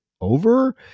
over